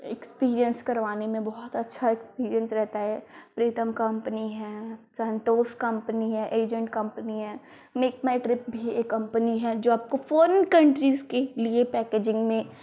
experience कारवाने में बहुत अच्छा एक्सपीरियंस रहता है प्रीतम कम्पनी है संतोष कम्पनी है एजेंट कम्पनी है मेक माई ट्रिप भी एक कम्पनी है जो आपको फौरन कंट्रीज के लिए पैकेजिंग में